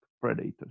predators